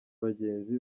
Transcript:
bagenzi